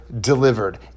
delivered